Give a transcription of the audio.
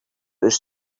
his